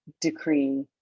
decree